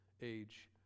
age